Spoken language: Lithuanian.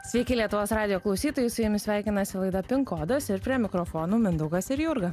sveiki lietuvos radijo klausytojai su jumis sveikinasi laida pin kodas ir prie mikrofonų mindaugas ir jurga